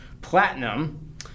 Platinum